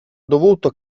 dovuto